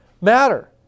matter